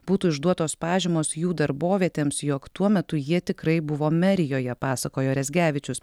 būtų išduotos pažymos jų darbovietėms jog tuo metu jie tikrai buvo merijoje pasakojo rezgevičius